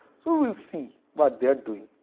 so we will see what they are doing.